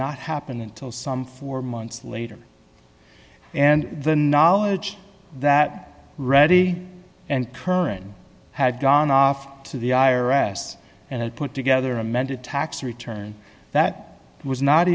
not happen until some four months later and the knowledge that ready and current had gone off to the i arrest and put together amended tax return that was not